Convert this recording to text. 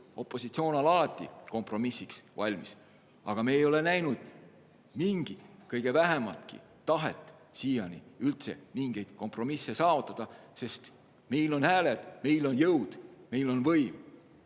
opositsioon on alati kompromissiks valmis. Aga me ei ole siiani näinud kõige vähematki tahet üldse mingeid kompromisse saavutada, sest neil on hääled, neil on jõud, neil on võim.